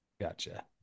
Gotcha